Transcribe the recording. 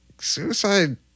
suicide